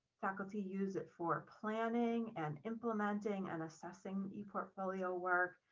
faculty use it for planning and implementing and assessing the portfolio work.